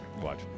Watch